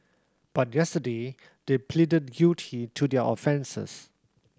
but yesterday they pleaded guilty to their offences